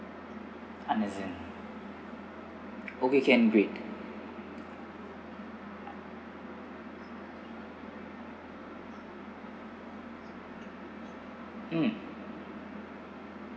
understand okay can great mm